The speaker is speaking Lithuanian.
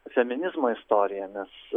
feminizmo istoriją nes